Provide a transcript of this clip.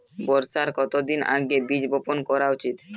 বর্ষার কতদিন আগে বীজ বপন করা উচিৎ?